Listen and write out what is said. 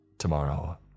Tomorrow